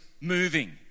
moving